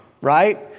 right